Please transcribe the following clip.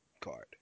card